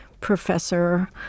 professor